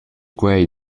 quei